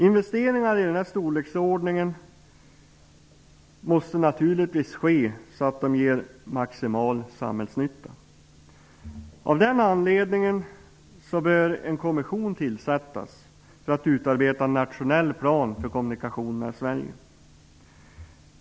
Investeringar i den storleksordningen måste naturligtvis ske så att de ger maximal samhällsnytta. Av den anledningen bör en kommission tillsättas för att utarbeta en nationell plan för kommunikationerna i Sverige.